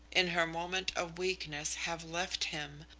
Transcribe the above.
in her moment of weakness, have left him,